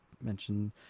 mention